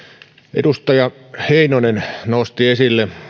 edustaja heinonen nosti esille